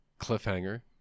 Cliffhanger